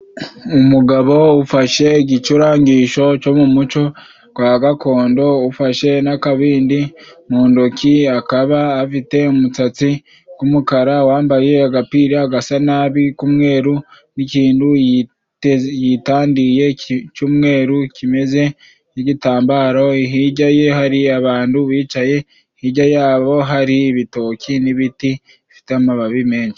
Umugabo ufashe igicurangisho co mu muco gwa gakondo, ufashe n'akabindi mu ntoki. Akaba afite umutsatsi g'umukara, wambaye agapira gasa nabi k'umweru, n'kintu yiteze yitandiye ki cy'umweru kimeze nk'igitambaro. Hirya ye hari abantu bicaye, hirya yabo hari ibitoki n'ibiti bifite amababi menshi.